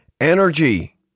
energy